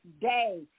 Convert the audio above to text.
day